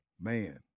Man